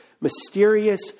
mysterious